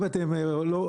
אם אתם לא,